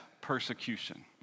persecution